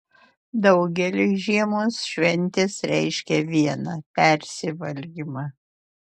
daugeliui žiemos šventės reiškia viena persivalgymą